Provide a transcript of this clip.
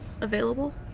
available